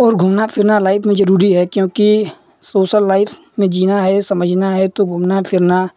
ओर घूमना फिरना लाइफ में जरूरी है क्योंकि सोसल लाइफ़ में जीना है समझना है तो घूमना फिरना